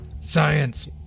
Science